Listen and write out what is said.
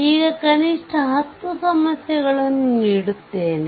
ಈಗ ಕನಿಷ್ಠ 10 ಸಮಸ್ಯೆಗಳನ್ನು ನೀಡುತ್ತೇನೆ